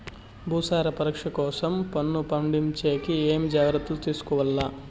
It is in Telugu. భూసార పరీక్ష కోసం మన్ను పంపించేకి ఏమి జాగ్రత్తలు తీసుకోవాలి?